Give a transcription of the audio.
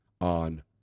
on